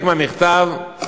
מהמכתב: